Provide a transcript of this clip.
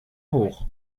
hoch